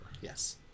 Yes